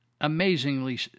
amazingly